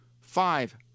five